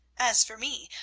as for me,